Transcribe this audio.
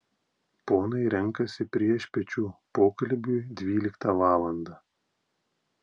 ponai renkasi priešpiečių pokalbiui dvyliktą valandą